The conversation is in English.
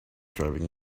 driving